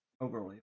overly